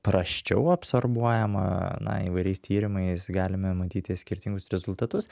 prasčiau absorbuojama na įvairiais tyrimais galime matyti skirtingus rezultatus